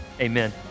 amen